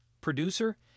producer